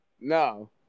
No